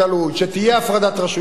שתהיה הפרדת רשויות.